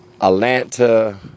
Atlanta